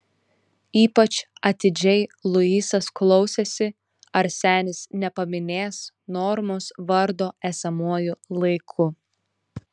ypač atidžiai luisas klausėsi ar senis nepaminės normos vardo esamuoju laiku